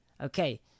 okay